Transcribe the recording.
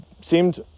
seemed